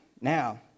Now